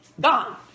Gone